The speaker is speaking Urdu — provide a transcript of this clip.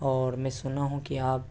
اور میں سنا ہوں کہ آپ